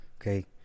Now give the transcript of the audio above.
okay